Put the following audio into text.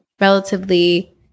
relatively